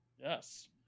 Yes